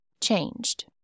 changed